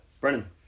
Brennan